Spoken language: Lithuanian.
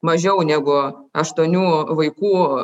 mažiau negu aštuonių vaikų